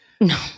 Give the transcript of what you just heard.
No